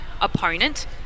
opponent